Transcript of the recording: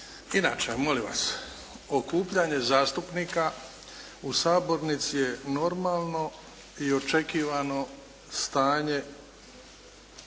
Inače molim vas, okupljanje zastupnika u sabornici je normalno i očekivano stanje